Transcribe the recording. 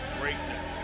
greatness